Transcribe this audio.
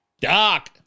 Doc